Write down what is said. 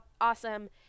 awesome